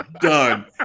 done